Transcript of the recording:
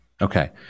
Okay